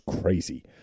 crazy